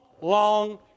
long